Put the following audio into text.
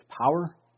power